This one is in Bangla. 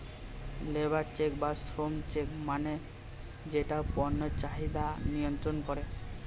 লেবর চেক্ বা শ্রম চেক্ মানে যেটা পণ্যের চাহিদা নিয়ন্ত্রন করে